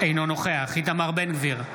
אינו נוכח איתמר בן גביר,